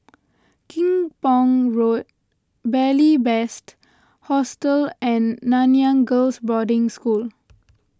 Kim Pong Road Beary Best Hostel and Nanyang Girls' Boarding School